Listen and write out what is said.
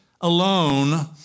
alone